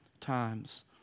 times